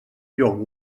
lloc